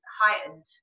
heightened